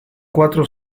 cuatro